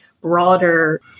broader